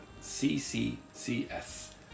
CCCS